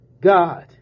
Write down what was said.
God